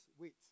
wait